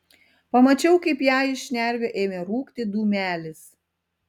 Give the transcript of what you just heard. pamačiau kaip jai iš šnervių ėmė rūkti dūmelis